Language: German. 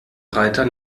reiter